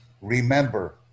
remember